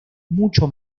mucho